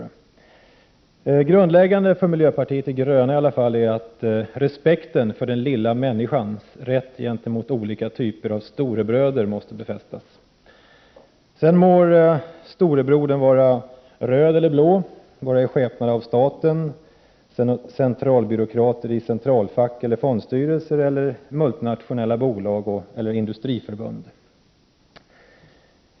Det grundläggande för miljöpartiet de gröna är i alla fall att respekten för den lilla människans rätt gentemot olika typer av storebröder måste befästas. Sedan må storebrodern vara röd eller blå, i skepnad av staten, centralbyråkrat i centralfack eller fondstyrelse, multinationella bolag eller industriförbund.